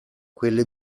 quelle